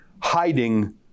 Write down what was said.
hiding